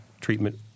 treatment